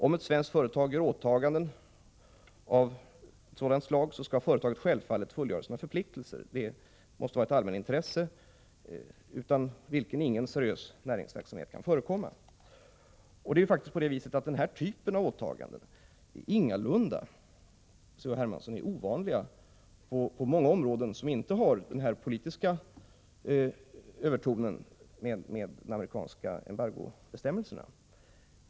Om ett svenskt företag gör åtaganden av sådant slag skall företaget självfallet fullgöra sina förpliktelser. Det måste vara ett allmänintresse, utan vilket ingen seriös näringsverksamhet kan förekomma. Denna typ av åtaganden är ingalunda ovanlig, C.-H. Hermansson, på många områden där denna politiska överton inte förekommer beträffande de amerikanska embargobestämmelserna.